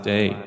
Day